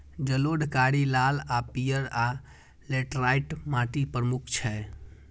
जलोढ़, कारी, लाल आ पीयर, आ लेटराइट माटि प्रमुख छै